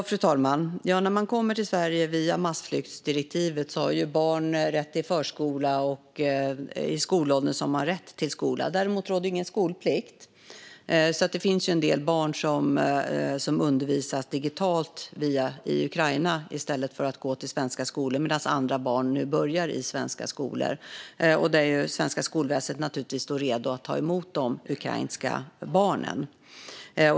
Fru talman! De barn som kommer till Sverige via massflyktsdirektivet har rätt till förskola och skola. Däremot råder inte skolplikt för dem, så en del barn undervisas digitalt från Ukraina. Andra barn börjar i svensk skola, och svenskt skolväsen står nu redo att ta emot dem.